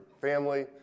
family